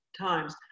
times